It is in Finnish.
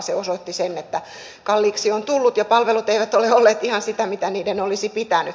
se osoitti sen että kalliiksi on tullut ja palvelut eivät ole olleet ihan sitä mitä niiden olisi pitänyt